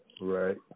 Right